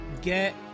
get